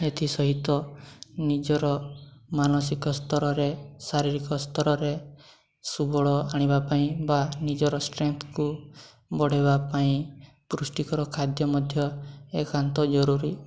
ଏଥି ସହିତ ନିଜର ମାନସିକ ସ୍ତରରେ ଶାରୀରିକ ସ୍ତରରେ ସୁବଳ ଆଣିବା ପାଇଁ ବା ନିଜର ଷ୍ଟ୍ରେଙ୍ଗଥ୍କୁ ବଢ଼େଇବା ପାଇଁ ପୁଷ୍ଟିକର ଖାଦ୍ୟ ମଧ୍ୟ ଏକାନ୍ତ ଜରୁରୀ